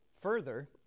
Further